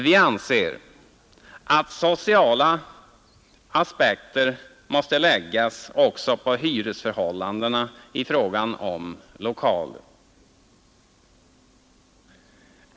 Vi anser att sociala aspekter måste läggas också på hyresförhållandena i fråga om lokaler.